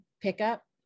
pickup